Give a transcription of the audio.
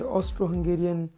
Austro-Hungarian